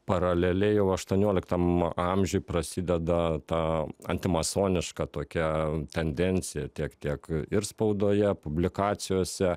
paraleliai jau aštuonioliktam amžiuj prasideda ta antimasoniška tokia tendencija tiek tiek ir spaudoje publikacijose